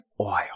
oil